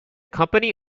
company